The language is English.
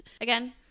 again